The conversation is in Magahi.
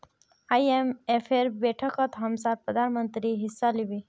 आईएमएफेर बैठकत हमसार प्रधानमंत्री हिस्सा लिबे